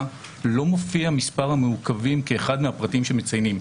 לא מופיעים מספר המעוכבים כאחד הפרטים שמציינים,